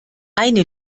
eine